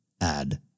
add